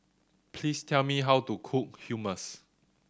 please tell me how to cook Hummus